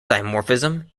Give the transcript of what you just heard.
dimorphism